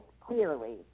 clearly